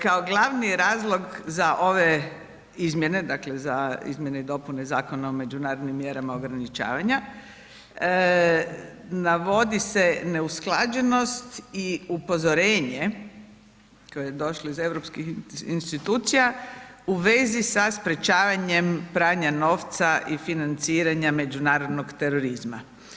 Kao glavni razlog za ove izmjene, dakle za izmjene i dopune Zakona o međunarodnim mjerama ograničavanja, navodi se neusklađenost i upozorenje koje je došlo iz europskih institucija u vezi sa sprječavanjem pranja novca i financiranja međunarodnog terorizma.